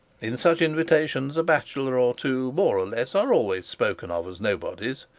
in such invitations a bachelor or two more or less are always spoken of as nobodies,